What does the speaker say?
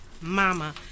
mama